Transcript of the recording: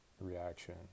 reaction